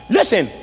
Listen